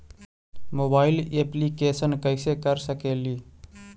Mobile application कैसे कर सकेली?